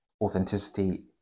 authenticity